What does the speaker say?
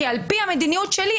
כי על פי המדיניות שלי,